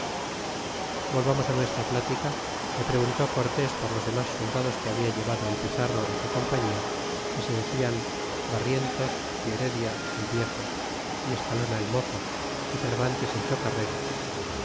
volvamos nuestra pltica que preguntó cortés por los demas soldados que habia llevado el pizarro en su compañia que se decian barrientos y heredia el viejo y escalona el mozo y cervantes el chocarrero